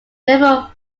therefore